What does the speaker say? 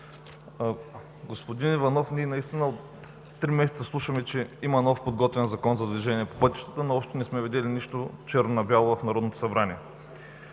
Господин Иванов, наистина от три месеца ние слушаме, че има нов подготвен Закон за движение по пътищата, но още не сме видели нищо черно на бяло в Народното събрание.